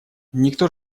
никто